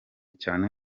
cyane